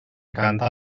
canta